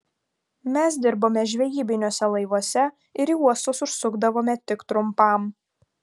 mes dirbome žvejybiniuose laivuose ir į uostus užsukdavome tik trumpam